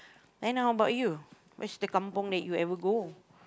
then how about you where's the kampung that you ever go